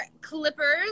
clippers